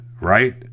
right